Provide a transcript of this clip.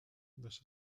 this